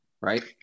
Right